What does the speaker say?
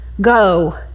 go